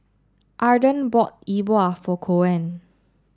Arden bought Yi Bua for Koen